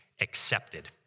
accepted